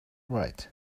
right